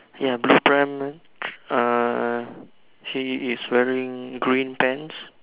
ya blue pram uh he is wearing green pants